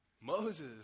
Moses